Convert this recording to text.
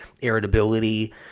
irritability